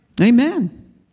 Amen